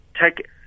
take